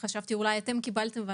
חשבתי שאולי אתם קבלתם.